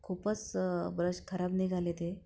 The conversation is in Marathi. खूपच ब्रश खराब निघाले ते